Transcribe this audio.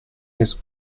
his